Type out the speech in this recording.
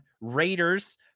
Raiders